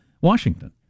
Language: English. Washington